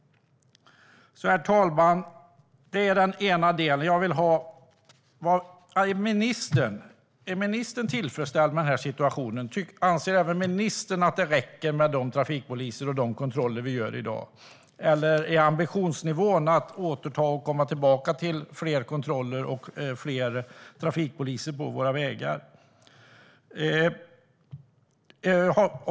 Herr talman! Anser ministern att situationen är tillfredsställande? Anser ministern att antalet trafikpoliser och kontroller räcker? Eller är ambitionsnivån att återgå till fler trafikpoliser och kontroller på våra vägar?